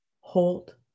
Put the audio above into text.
Hold